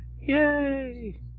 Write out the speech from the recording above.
Yay